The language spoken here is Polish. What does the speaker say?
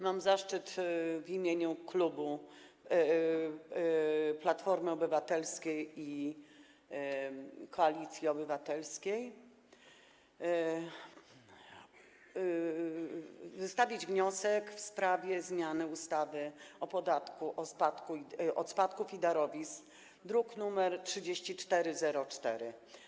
Mam zaszczyt w imieniu klubu Platformy Obywatelskiej - Koalicji Obywatelskiej przedstawić wniosek w sprawie zmiany ustawy o podatku od spadków i darowizn, druk nr 3404.